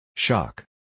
Shock